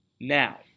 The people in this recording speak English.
Now